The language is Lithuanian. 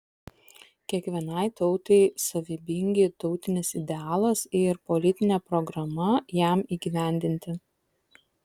kiekvienai tautai savybingi tautinis idealas ir politinė programa jam įgyvendinti